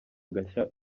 agashya